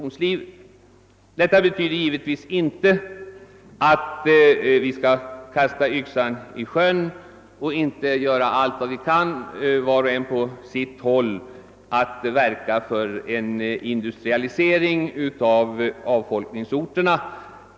Detta betyder givetvis inte att vi bör kasta yxan i sjön och inte göra allt vad vi kan var och en på sitt håll för en industrialisering av avfolkningsorterna.